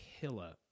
killer